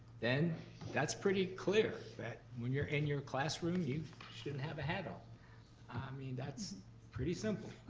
then that's pretty clear that, when you're in your classroom, you shouldn't have a hat on. i mean, that's pretty simple.